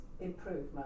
improvement